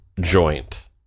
joint